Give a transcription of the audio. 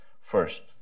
First